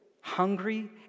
hungry